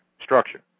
structure